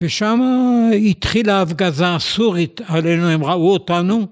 ושם התחילה ההפגזה הסורית עלינו, הם ראו אותנו.